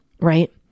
right